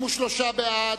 58 בעד,